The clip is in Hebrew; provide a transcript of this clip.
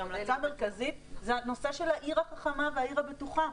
-- שהמלצה מרכזית זה הנושא של העיר החכמה והעיר הבטוחה.